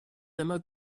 amas